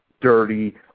dirty